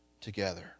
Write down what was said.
together